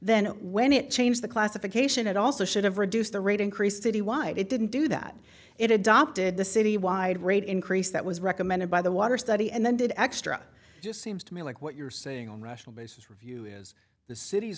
then when it changed the classification it also should have reduced the rate increase citywide it didn't do that it adopted the city wide rate increase that was recommended by the water study and then did extra just seems to me like what you're saying on rational basis review is the cit